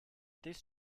this